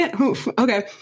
okay